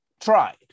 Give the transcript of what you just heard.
tried